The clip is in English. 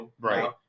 Right